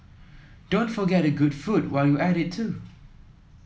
don't forget the good food while you're at it too